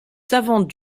savantes